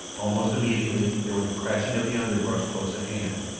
almost immediately there was a crashing of the underbrush close at hand,